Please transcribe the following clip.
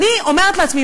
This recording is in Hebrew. אני אומרת לעצמי,